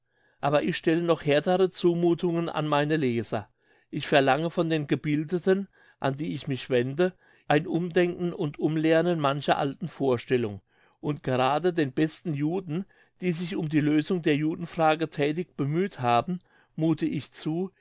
aber ich stelle noch härtere zumuthungen an meine leser ich verlange von den gebildeten an die ich mich wende ein umdenken und umlernen mancher alten vorstellung und gerade den besten juden die sich um die lösung der judenfrage thätig bemüht haben muthe ich zu